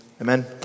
amen